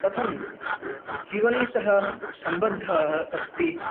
कथं जीवने सः सम्बद्धः अस्ति